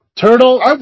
Turtle